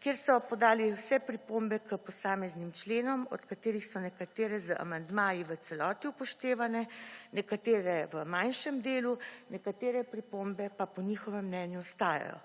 kjer so podali vse pripombe k posameznim členom od katerih so nekatere z amandmaji v celoti upoštevane, nekatere v manjšem delu, nekatere pripombe pa po njihovem mnenju ostajajo.